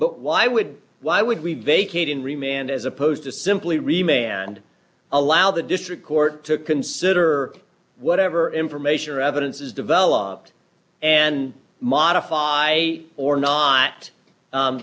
but why would why would we vacating remained as opposed to simply remain and allow the district court to consider whatever information or evidence is developed and modify or not